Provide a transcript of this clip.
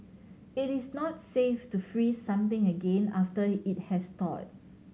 it is not safe to freeze something again after it has thawed